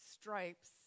stripes